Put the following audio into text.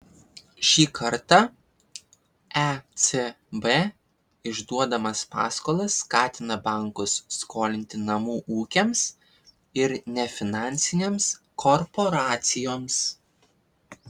šį kartą ecb išduodamas paskolas skatina bankus skolinti namų ūkiams ir nefinansinėms korporacijoms